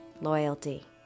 loyalty